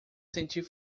sentir